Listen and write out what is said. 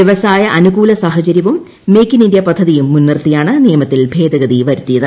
വൃവസായ അനുകൂല സാഹചര്യവും മേക് ഇൻ ഇന്ത്യ പദ്ധതിയും മുൻനിർത്തിയാണ് നിയമത്തിൽ ഭേദഗതി വരുത്തിയത്